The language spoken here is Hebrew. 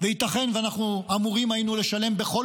וייתכן שאנחנו אמורים היינו לשלם בכל